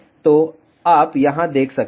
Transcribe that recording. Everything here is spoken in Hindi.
तो आप यहां देख सकते हैं